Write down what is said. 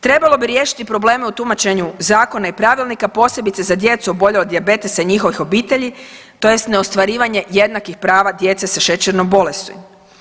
Trebalo bi riješiti probleme u tumačenju zakona i pravilnika, posebice za djecu oboljelu od dijabetesa i njihovih obitelji tj. na ostvarivanje jednakih prava djece sa šećernom bolesti.